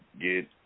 get